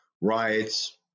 riots